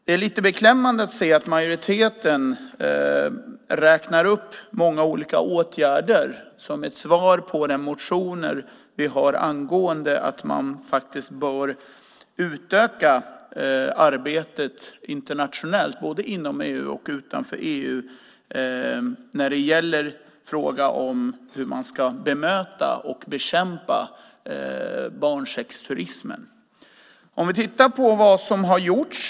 Det är lite beklämmande att se hur majoriteten räknar upp många olika åtgärder som svar på de motioner som vi har angående att man bör utöka arbetet internationellt, både inom EU och utanför EU, i frågan hur bemöta och bekämpa barnsexturismen. Låt oss titta på vad som har gjorts.